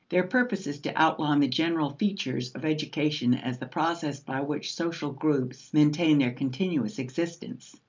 their purpose is to outline the general features of education as the process by which social groups maintain their continuous existence.